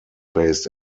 based